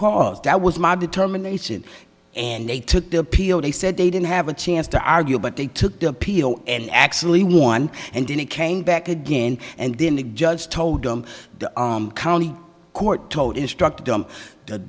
cause that was my determination and they took the appeal they said they didn't have a chance to argue but they took the appeal and actually won and then it came back again and then the judge told them the county court told instructed them